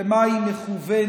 למה היא מכוונת,